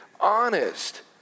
honest